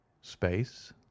space